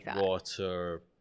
water